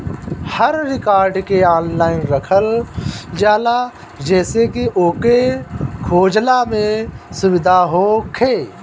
हर record के online रखल जाला जेसे की ओके खोजला में सुबिधा होखे